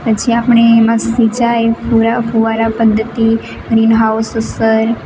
પછી આપણે એમાં સિંચાઈ ફુરા ફુવારા પદ્ધતિ ગ્રીનહાઉસ અસર